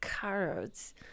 carrots